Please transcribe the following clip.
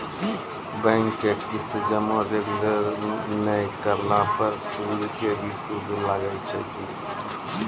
Bank के किस्त जमा रेगुलर नै करला पर सुद के भी सुद लागै छै कि?